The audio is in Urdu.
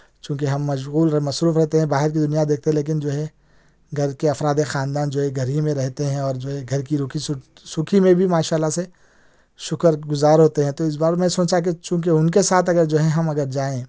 چونکہ ہم مشغول و مصروف رہتے ہیں باہر کی دنیا دیکھتے ہیں لیکن جو ہے گھر کے افراد خاندان جو ہے گھر ہی میں رہتے ہیں اور جو ہے گھر کی روکھی سوکھی سوکھی میں بھی ماشاء اللہ سے شکر گزار ہوتے ہیں تو اس بار میں سوچا کہ چونکہ ان کے ساتھ اگر جو ہے ہم اگر ہم جائیں